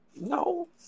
No